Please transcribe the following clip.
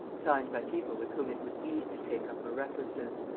signed by people with whom it was easy to take up her references.